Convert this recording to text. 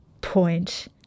point